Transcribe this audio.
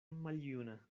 maljuna